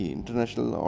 International